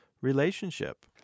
relationship